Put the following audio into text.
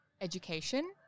education